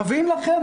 מביאים לכם,